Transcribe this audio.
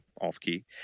off-key